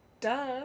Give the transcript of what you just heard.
Duh